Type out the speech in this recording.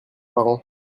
parents